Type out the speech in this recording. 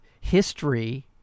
history